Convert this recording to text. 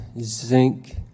zinc